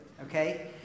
okay